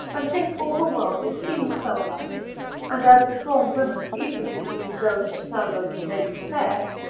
and think all the world esteems so of us and as deformed women easily believe those that tell them they be fair,